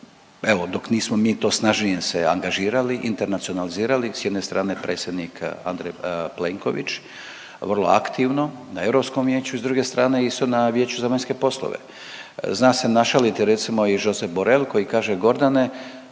evo dok nismo mi to snažnije se angažirali, internacionalizirali s jedne strane predsjednik Andrej Plenković vrlo aktivno na Europskom vijeću i s druge strane isto na Vijeću za vanjske poslove. Zna se našaliti recimo i Josep Borrell koji kaže Gordane,